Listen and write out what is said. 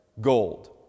gold